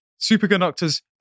superconductors